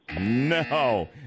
No